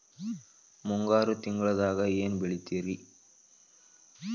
ಮುಂಗಾರು ತಿಂಗಳದಾಗ ಏನ್ ಬೆಳಿತಿರಿ?